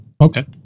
Okay